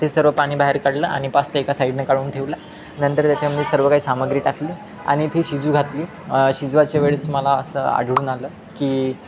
ते सर्व पाणी बाहेर काढलं आणि पास्ता एका साईडने काढून ठेवला नंतर त्याच्यामध्ये सर्व काही सामग्री टाकली आणि ती शिजू घातली शिजवायच्या वेळेस मला असं आढळून आलं की